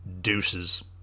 deuces